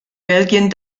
belgien